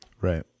right